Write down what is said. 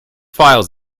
files